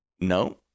No